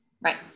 Right